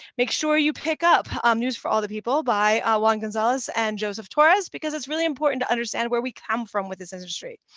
make sure you pick up um news for all the people by juan gonzalez and joseph torres, because it's really important to understand where we come from with this industry.